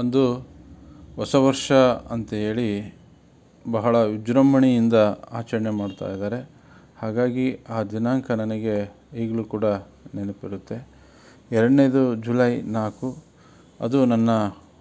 ಅಂದು ಹೊಸ ವರ್ಷ ಅಂಥೇಳಿ ಬಹಳ ವಿಜೃಂಭಣೆಯಿಂದ ಆಚರಣೆ ಮಾಡ್ತಾಯಿದ್ದಾರೆ ಹಾಗಾಗಿ ಆ ದಿನಾಂಕ ನನಗೆ ಈಗ್ಲೂ ಕೂಡ ನೆನಪಿರುತ್ತೆ ಎರಡನೆಯದು ಜುಲೈ ನಾಲ್ಕು ಅದು ನನ್ನ